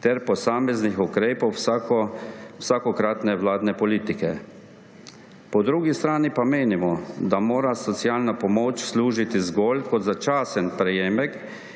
ter posameznih ukrepov vsakokratne vladne politike. Po drugi strani pa menimo, da mora socialna pomoč služiti zgolj kot začasen prejemek